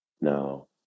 No